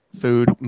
food